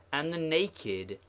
and the naked,